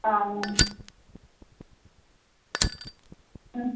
ஆமாம் மேம் ம்